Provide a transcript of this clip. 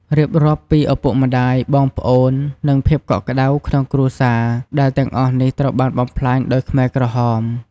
រៀបរាប់ពីឪពុកម្តាយ បងប្អូន និងភាពកក់ក្តៅក្នុងគ្រួសារ ដែលទាំងអស់នេះត្រូវបានបំផ្លាញដោយខ្មែរក្រហម។